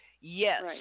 Yes